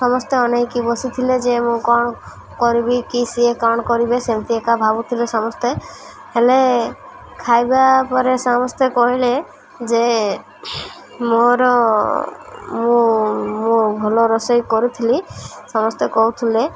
ସମସ୍ତେ ଅନେଇକି ବସିଥିଲେ ଯେ ମୁଁ କ'ଣ କରିବି କି ସିଏ କ'ଣ କରିବେ ସେମିତି ଏକା ଭାବୁଥିଲେ ସମସ୍ତେ ହେଲେ ଖାଇବା ପରେ ସମସ୍ତେ କହିଲେ ଯେ ମୋର ମୁଁ ମୁଁ ଭଲ ରୋଷେଇ କରୁଥିଲି ସମସ୍ତେ କହୁଥିଲେ